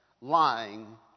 lying